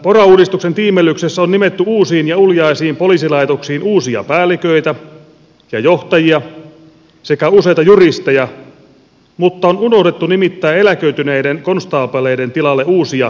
pora uudistuksen tiimellyksessä on nimetty uusiin ja uljaisiin poliisilaitoksiin uusia päälliköitä ja johtajia sekä useita juristeja mutta on unohdettu nimittää eläköityneiden konstaapeleiden tilalle uusia vereksiä voimia